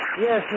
yes